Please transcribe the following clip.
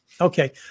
Okay